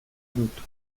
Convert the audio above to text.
dut